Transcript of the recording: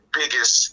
biggest